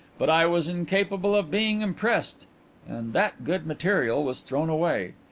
but i was incapable of being impressed and that good material was thrown away.